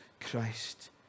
Christ